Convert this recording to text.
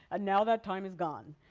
ah now that time is gone.